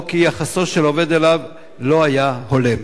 או כי יחסו של העובד אליו לא היה הולם.